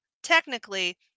Technically